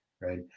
right